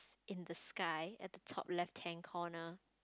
in the sky at the top left hand corner